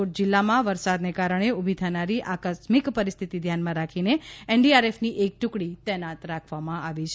રાજકોટ જિલ્લામા વરસાદને કારણે ઊભી થનારી આકસ્મિક પરિસ્થિતિ ધ્યાનમાં રાખીને એનડીઆરએફની એક ટ્રકડી તૈનાત રાખવામાં આવી છે